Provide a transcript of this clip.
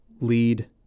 lead